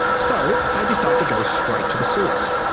so, i decide to go straight to the source.